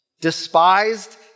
despised